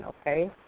okay